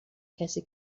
کسی